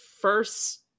first